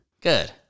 Good